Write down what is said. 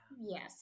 Yes